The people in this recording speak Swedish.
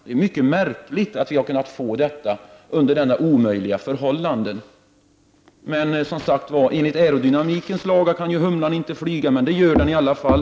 Det är mycket märkligt att vi kunnat uppnå detta under dessa mycket omöjliga förhållanden. Enligt aerodynamikens lagar kan inte humlan flyga, men det gör den i alla fall.